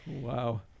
wow